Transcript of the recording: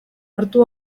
hartu